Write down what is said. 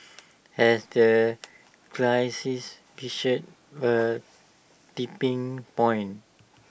has the crisis reached A tipping point